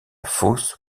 fosse